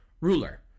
ruler